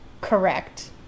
Correct